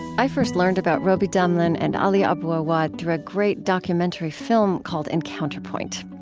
i first learned about robi damelin and ali abu awwad through a great documentary film, called encounter point.